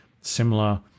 similar